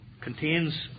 contains